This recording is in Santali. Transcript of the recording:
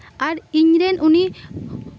ᱟᱨ ᱤᱧᱨᱮᱱ ᱩᱱᱤ